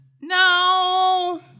No